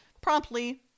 promptly